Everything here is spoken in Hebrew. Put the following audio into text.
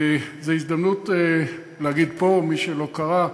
זו הזדמנות להגיד פה, למי שלא קרא,